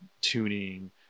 tuning